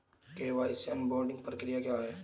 KYC onboarding प्रक्रिया क्या है?